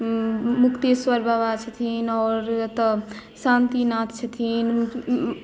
मुक्ततेश्वर बाबा छथिन आओर एतय शान्तिनाथ छथिन